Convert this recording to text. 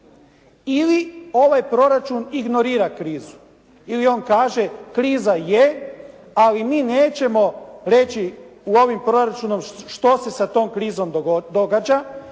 Ili ovaj proračun ignorira krizu. Ili on kaže: Kriza je ali mi nećemo reći u ovim proračunom što se sa tom krizom događa